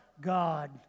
God